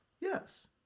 Yes